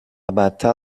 بدتر